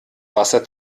wasser